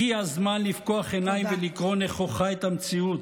הגיע הזמן לפקוח עיניים ולקרוא נכוחה את המציאות.